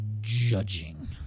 judging